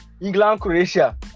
England-Croatia